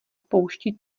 pouští